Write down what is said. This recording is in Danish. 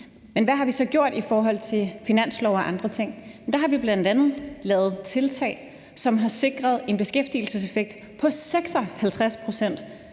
Men hvad har vi så gjort i forhold til finanslove og andre ting? Ja, der har vi jo bl.a. lavet tiltag, som har sikret en beskæftigelseseffekt på 56 pct.,